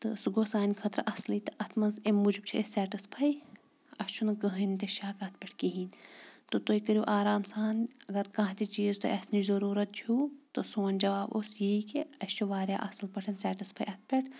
تہٕ سُہ گوٚو سانہِ خٲطرٕ اَصلٕے تہٕ اَتھ منٛز امہِ موٗجوٗب چھِ أسۍ سٮ۪ٹٕسفَے اَسہِ چھُنہٕ کٕہٕنۍ تہِ شک اَتھ پٮ۪ٹھ کِہیٖنۍ تہٕ تُہۍ کٔرِو آرام سان اگر کانٛہہ تہِ چیٖز تۄہہِ اَسہِ نِش ضٔروٗرت چھُ تہٕ سون جواب اوس یی کہِ أسۍ چھُ واریاہ اَصٕل پٲٹھۍ سٮ۪ٹٕسفَے اَتھ پٮ۪ٹھ